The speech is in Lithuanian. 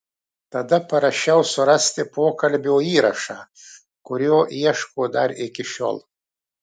tada parašiau surasti pokalbio įrašą kurio ieško dar iki šiol